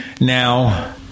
now